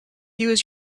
use